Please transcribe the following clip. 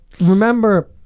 Remember